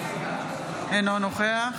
אינו נוכח